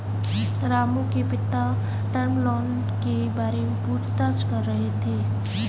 रामू के पिता term loan के बारे में पूछताछ कर रहे थे